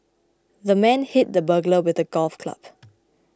the man hit the burglar with a golf club